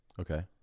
Okay